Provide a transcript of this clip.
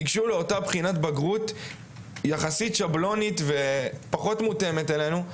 ייגשו לאותה בחינת בגרות יחסית שבלונית ופחות מותאמת אלינו.